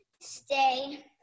stay